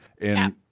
and-